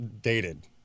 dated